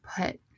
put